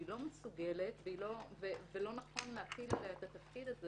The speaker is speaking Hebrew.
היא לא מסוגלת ולא נכון להטיל עליה את התפקיד הזה